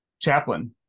chaplain